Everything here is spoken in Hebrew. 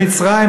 במצרים,